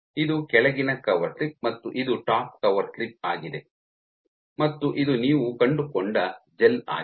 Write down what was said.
ಇದು ಕೆಳಗಿನ cover slip ಮತ್ತು ಇದು ಟಾಪ್ ಕವರ್ ಸ್ಲಿಪ್ ಆಗಿದೆ ಮತ್ತು ಇದು ನೀವು ಕಂಡುಕೊಂಡ ಜೆಲ್ ಆಗಿದೆ